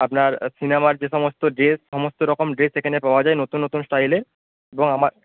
আপনার সিনেমার যে সমস্ত ড্রেস সমস্ত রকম ড্রেস এখানে পাওয়া যায় নতুন নতুন স্টাইলের এবং আমার